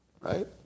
right